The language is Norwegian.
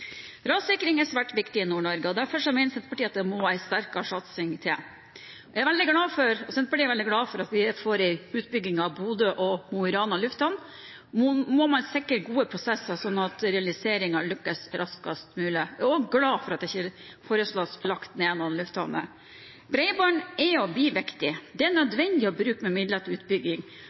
Rassikring er svært viktig i Nord-Norge. Derfor mener Senterpartiet at det må en sterkere satsing til. Senterpartiet er veldig glad for at vi får en utbygging av Bodø og Mo i Rana lufthavner. Nå må man sikre gode prosesser, slik at realiseringen lykkes raskest mulig. Jeg er også glad for at det ikke foreslås lagt ned noen lufthavner. Bredbånd er og blir viktig. Det er nødvendig å bruke mer midler til utbygging,